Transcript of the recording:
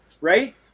right